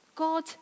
God